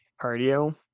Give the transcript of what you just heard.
cardio